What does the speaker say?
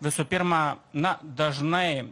visų pirma na dažnai